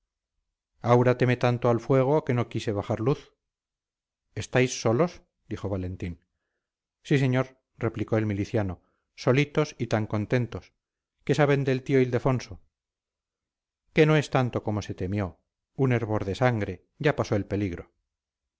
aura teme tanto al fuego que no quise bajar la luz estáis solos dijo valentín sí señor replicó el miliciano solitos y tan contentos qué saben del tío ildefonso que no es tanto como se temió un hervor de sangre ya pasó el peligro